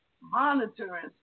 monitoring